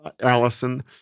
Allison